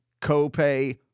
copay